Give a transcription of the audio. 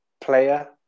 player